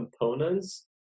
components